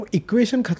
equation